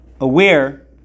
aware